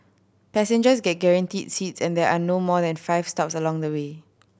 passengers get guaranteed seats and there are no more than five stops along the way